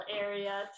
area